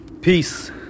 Peace